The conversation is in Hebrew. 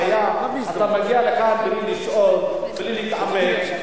הבעיה, אתה מגיע לכאן בלי לשאול, בלי להתעמק.